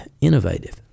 innovative